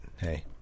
hey